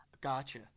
Gotcha